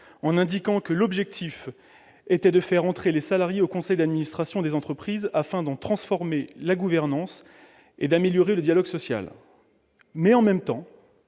en indiquant que l'objectif était de faire entrer les salariés au conseil d'administration des entreprises afin d'en transformer la gouvernance et d'améliorer le dialogue social. Mais, en même temps,